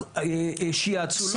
שיאצו לא.